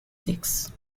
six